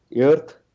earth